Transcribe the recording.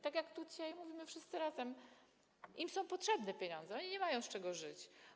Tak jak tu dzisiaj mówimy wszyscy razem, im są potrzebne te pieniądze, oni nie mają z czego żyć.